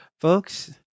folks